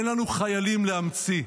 אין לנו חיילים להמציא.